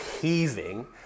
heaving